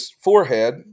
forehead